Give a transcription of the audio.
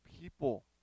people